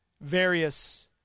various